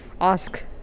ask